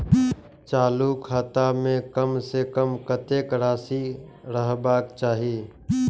चालु खाता में कम से कम कतेक राशि रहबाक चाही?